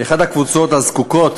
אחת הקבוצות הזקוקות